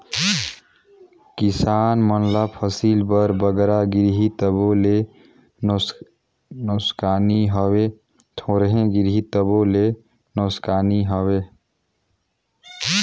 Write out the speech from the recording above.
किसान मन ल फसिल बर बगरा गिरही तबो ले नोसकानी हवे, थोरहें गिरही तबो ले नोसकानी हवे